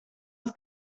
het